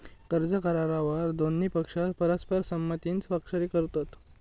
कर्ज करारावर दोन्ही पक्ष परस्पर संमतीन स्वाक्षरी करतत